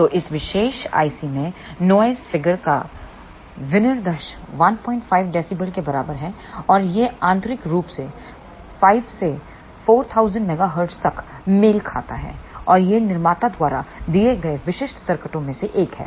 तो इस विशेष IC में नॉइस फिगर का विनिर्देश 15 dB के बराबर है और यह आंतरिक रूप से 5 से 4000 MHz तक मेल खाता है और यह निर्माता द्वारा दिए गए विशिष्ट सर्किटों में से एक है